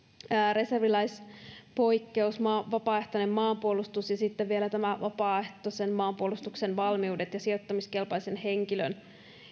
reserviläispoikkeus vapaaehtoinen maanpuolustus ja sitten vielä nämä vapaaehtoisen maanpuolustuksen ja sijoittamiskelpoisen henkilön